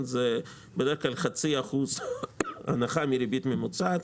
זה בדרך כלל חצי אחוז הנחה מריבית ממוצעת.